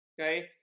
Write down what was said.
Okay